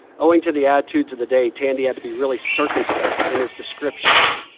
owing to the attitudes of the day, tandy had to be really circumspect in his descriptions,